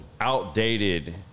outdated